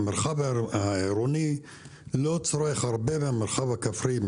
המרחב העירוני לא צורך הרבה מהמרחב הכפרי,